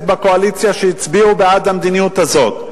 בקואליציה שהצביעו בעד המדיניות הזאת,